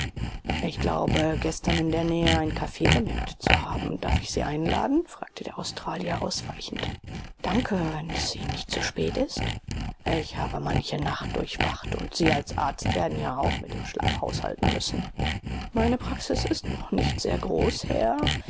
ich glaube gestern in der nähe ein caf bemerkt zu haben darf ich sie einladen fragte der australier ausweichend danke wenn es ihnen nicht zu spät ist ich habe manche nacht durchwacht und sie als arzt werden ja auch mit dem schlaf haushalten müssen meine praxis ist noch nicht sehr groß herr